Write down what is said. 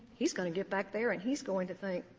he's going to get back there and he's going to think,